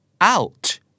out